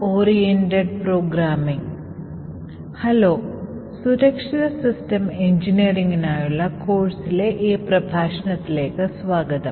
hello സുരക്ഷിത systems എഞ്ചിനീയറിംഗിനായുള്ള കോഴ്സിലെ ഈ പ്രഭാഷണത്തിലേക്ക് സ്വാഗതം